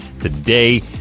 today